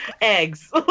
eggs